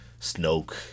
Snoke